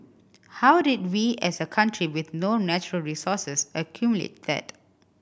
how did we as a country with no natural resources accumulate that